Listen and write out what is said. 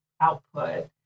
output